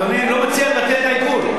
אדוני, אני לא מציע לבטל את העיקול.